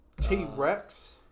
t-rex